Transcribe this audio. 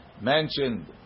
mentioned